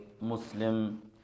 Muslim